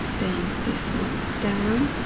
then this one down,